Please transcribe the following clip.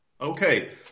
Okay